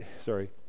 sorry